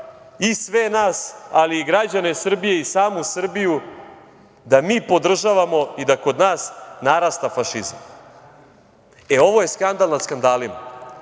i sve nas, ali i građane Srbije i samu Srbiju da mi podržavamo i da kod nas narasta fašizam. E ovo je skandal nad skandalima,